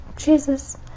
Jesus